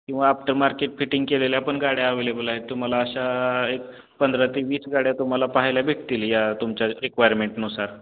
किंवा after market fitting केलेल्या पण गाड्या अवेलेबल आहेत तुम्हाला अशा एक पंधरा ते वीस गाड्या तुम्हाला पाहायला भेटतील या तुमच्या रिक्वायरमेंट नुसार